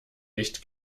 nicht